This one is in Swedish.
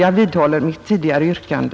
Jag vidhåller mitt tidigare yrkande.